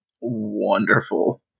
Wonderful